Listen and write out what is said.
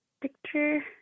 picture